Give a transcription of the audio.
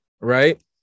right